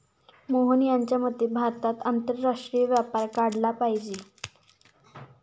मोहन यांच्या मते भारतात आंतरराष्ट्रीय व्यापार वाढला पाहिजे